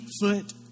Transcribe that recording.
foot